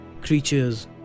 creatures